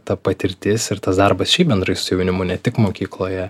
ta patirtis ir tas darbas šiaip bendrai su jaunimu ne tik mokykloje